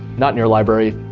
not in your library.